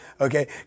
Okay